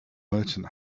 merchant